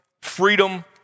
freedom